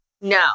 No